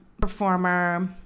performer